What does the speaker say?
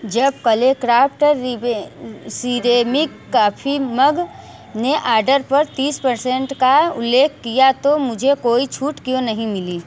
जब कलेक्राफ्ट रिवे सिरेमिक कॉफी मग ने आर्डर पर तीस परसेन्ट का उल्लेख किया तो मुझे कोई छूट क्यों नहीं मिली